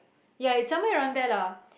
ya it's somewhere around there lah